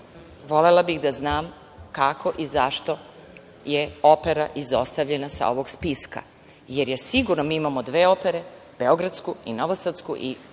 volela bih da znam kako i zašto je opera izostavljena sa ovog spiska, jer je sigurno, mi imamo dve opere, beogradsku i novosadsku, i očekujemo